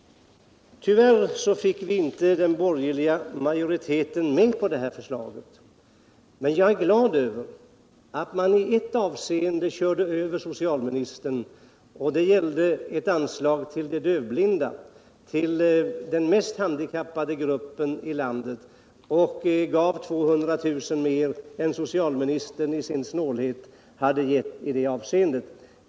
Tyvärr fick vi inte med den borgerliga majoriteten på detta förslag, men jag är glad över att man i ett avseende körde över socialministern. Det gällde ett anslag till de dövblinda, den mest handikappade gruppen i landet, och det gav 200 000 kr. mer än socialministern i sin snålhet hade givit.